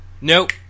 Nope